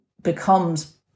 becomes